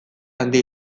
handia